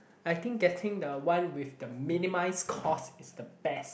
I think getting the one with the minimized cost is the best